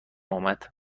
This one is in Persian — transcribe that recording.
آمد